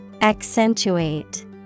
accentuate